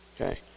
Okay